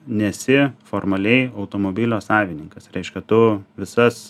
nesi formaliai automobilio savininkas reiškia tu visas